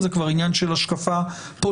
זה כבר עניין של השקפה פוליטית,